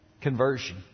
conversion